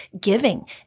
giving